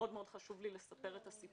שמאוד מאוד חשוב לי לספר את הסיפור.